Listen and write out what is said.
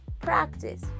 practice